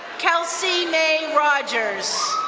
kelsey may rogers.